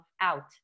out